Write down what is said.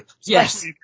Yes